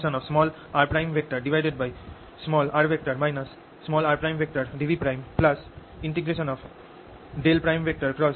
r r